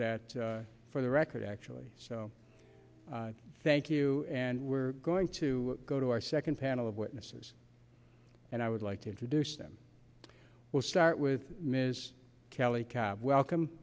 that for the record actually so thank you and we're going to go to our second panel of witnesses and i would like to introduce them we'll start with ms kelly cab welcome